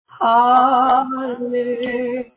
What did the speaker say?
Hallelujah